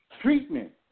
treatment